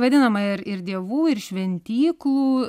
vadinama ir ir dievų ir šventyklų